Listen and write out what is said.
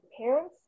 parents